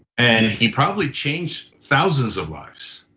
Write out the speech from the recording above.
and he probably changed thousands of lives.